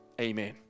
Amen